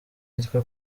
yitwa